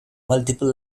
multiple